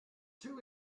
two